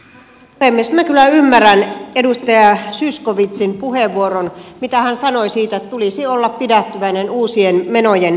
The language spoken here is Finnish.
minä kyllä ymmärrän edustaja zyskowiczin puheenvuoron mitä hän sanoi siitä että tulisi olla pidättyväinen uusien menojen aiheuttamisessa